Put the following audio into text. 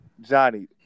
Johnny